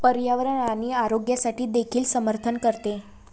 पर्यावरण आणि आरोग्यासाठी देखील समर्थन करते